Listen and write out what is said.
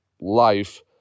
life